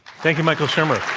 thank you, michael shermer.